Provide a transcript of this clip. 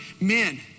Men